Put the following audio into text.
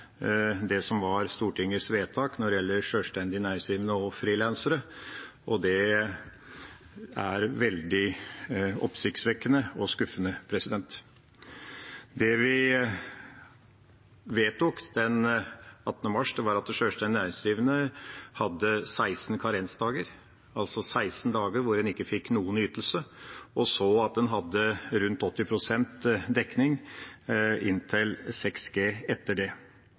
det som var Stortingets vedtak når det gjelder sjølstendig næringsdrivende og frilansere, og det er veldig oppsiktsvekkende og skuffende. Det vi vedtok den 16. mars, var at sjølstendig næringsdrivende hadde 16 karensdager, altså 16 dager hvor en ikke fikk noen ytelse, og at en hadde rundt 80 pst. dekning inntil 6G etter det.